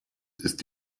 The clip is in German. ist